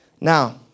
Now